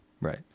Right